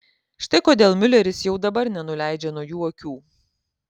štai kodėl miuleris jau dabar nenuleidžia nuo jų akių